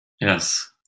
Yes